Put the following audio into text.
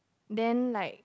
then like